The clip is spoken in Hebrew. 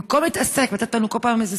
במקום להתעסק ולתת לנו בכל פעם איזו